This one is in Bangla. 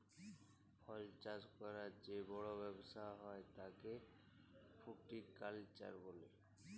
ফল চাষ ক্যরার যে বড় ব্যবসা হ্যয় তাকে ফ্রুটিকালচার বলে